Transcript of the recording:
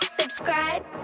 Subscribe